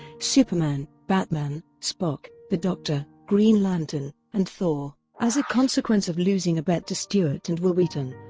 superman, batman, spock, the doctor, green lantern, and thor. as a consequence of losing a bet to stuart and wil wheaton,